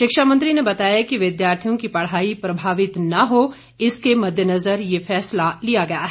शिक्षा मंत्री ने बताया कि विद्यार्थियों की पढ़ाई प्रभावित न हो इसके मददेनजर ये फैसला लिया गया है